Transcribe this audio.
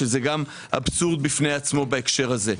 וזה אבסורד בפני עצמו בהקשר הזה.